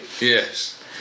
Yes